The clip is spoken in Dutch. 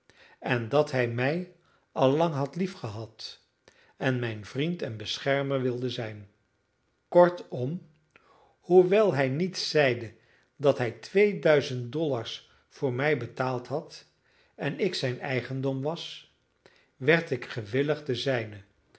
en dat hij mij al lang had liefgehad en mijn vriend en beschermer wilde zijn kortom hoewel hij niet zeide dat hij twee duizend dollars voor mij betaald had en ik zijn eigendom was werd ik gewillig de zijne